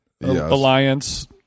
alliance